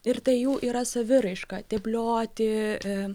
ir tai jų yra saviraiška teplioti